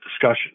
discussion